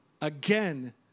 again